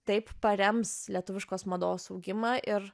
taip parems lietuviškos mados augimą ir